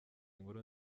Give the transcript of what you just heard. inkuru